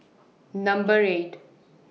Number eight